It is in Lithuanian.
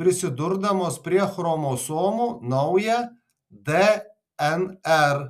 prisidurdamos prie chromosomų naują dnr